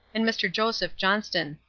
and mr. joseph johnston.